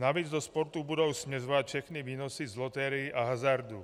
Navíc do sportu budou směřovat všechny výnosy z loterií a hazardu.